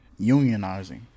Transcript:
unionizing